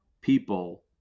people